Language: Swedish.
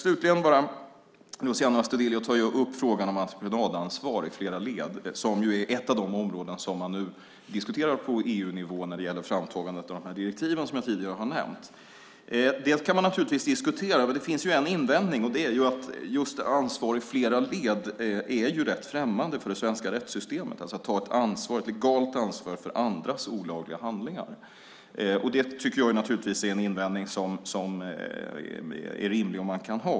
Luciano Astudillo tar upp frågan om entreprenadansvar i flera led, som är ett av de områden som man nu diskuterar på EU-nivå när det gäller framtagandet av de direktiv jag tidigare har nämnt. Detta kan man naturligtvis diskutera. Det finns en invändning: Ansvar i flera led och att ta legalt ansvar för andras olagliga handlingar är någonting som är rätt främmande för det svenska rättssystemet. Det tycker jag naturligtvis är en rimlig invändning som man kan ha.